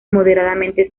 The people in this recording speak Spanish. moderadamente